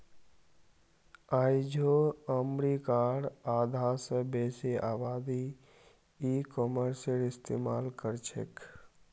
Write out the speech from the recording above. आइझो अमरीकार आधा स बेसी आबादी ई कॉमर्सेर इस्तेमाल करछेक